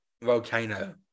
volcano